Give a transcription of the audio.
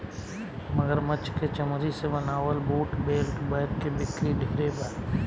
मगरमच्छ के चमरी से बनावल बूट, बेल्ट, बैग के बिक्री ढेरे बा